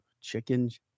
chickens